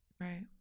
right